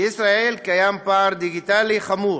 בישראל קיים פער דיגיטלי חמור,